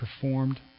performed